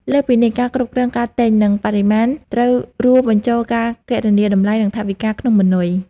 លើសពីនេះ ការគ្រប់គ្រងការទិញ និងបរិមាណត្រូវរួមបញ្ចូលការគណនាតម្លៃ និងថវិកាក្នុងម៉ឺនុយ